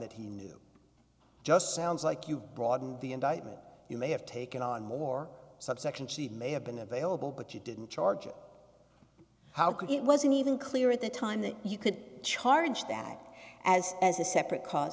that he knew just sounds like you've broadened the indictment you may have taken on more subsection she may have been available but she didn't charge him how could it wasn't even clear at the time that you could charge that as as a separate cause